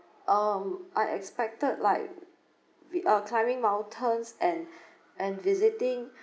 um I expected like without climbing mountains and and visiting